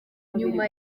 nyuma